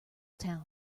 town